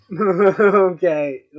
Okay